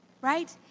right